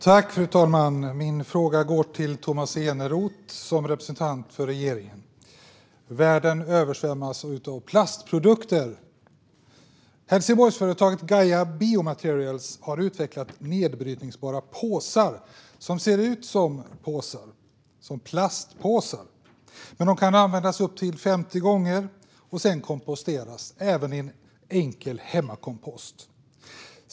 Fru talman! Min fråga går till Tomas Eneroth som representant för regeringen. Världen översvämmas av plastprodukter. Helsingborgsföretaget Gaia Biomaterials har utvecklat nedbrytbara påsar, som ser ut som plastpåsar. De kan användas upp till 50 gånger och sedan komposteras, även i en enkel hemmakompost.